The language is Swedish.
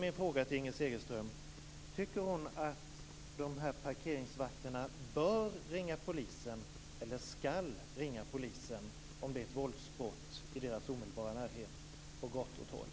Min fråga till Inger Segelström är om hon tycker att dessa parkeringsvakter bör eller skall ringa polisen om det sker ett våldsbrott i deras omedelbara närhet på gator och torg.